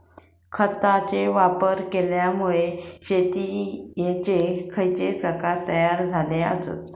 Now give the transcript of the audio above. खतांचे वापर केल्यामुळे शेतीयेचे खैचे प्रकार तयार झाले आसत?